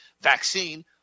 vaccine